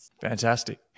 Fantastic